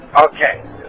Okay